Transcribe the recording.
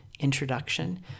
introduction